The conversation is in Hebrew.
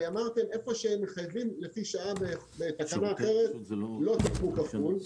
ואמרתם איפה שחייבים לפי שעה בתקנה אחרת לא תיקחו כפול.